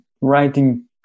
writing